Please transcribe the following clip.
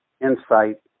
insight